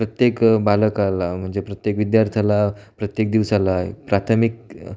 प्रत्येक बालकाला म्हणजे प्रत्येक विद्यार्थ्याला प्रत्येक दिवसाला प्राथमिक